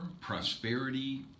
Prosperity